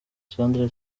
sandra